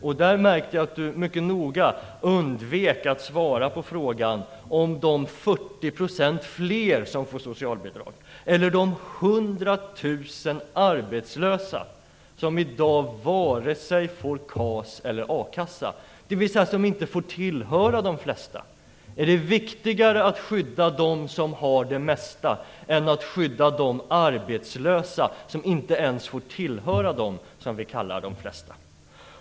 Jag märkte att Anna Hedborg mycket noga undvek att svara på frågan om de 40 % fler som får socialbidrag eller de 100 000 arbetslösa som i dag vare sig får KAS eller a-kassa, de som inte får tillhöra de flesta. Är det viktigare att skydda dem som har det mesta än att skydda de arbetslösa som inte ens får tillhöra dem som vi kallar de flesta?